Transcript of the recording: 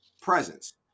presence